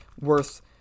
worth